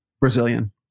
Brazilian